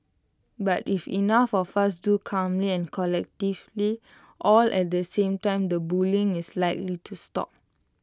but if enough of us do calmly and collectively all at the same time the bullying is likely to stop